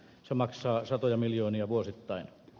se maksaa satoja miljoonia vuosittain